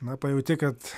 na pajauti kad